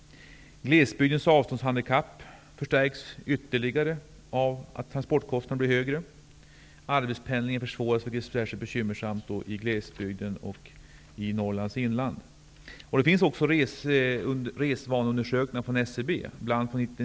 Glesbygdens avståndshandikapp förstärks ytterligare av att transportkostnaderna blir högre. Arbetspendlingen försvåras, vilket är särskilt bekymmersamt i glesbygden och i Norrlands inland. SCB har gjort resvaneundersökningar, bl.a. från 1990/91.